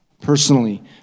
personally